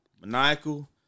Maniacal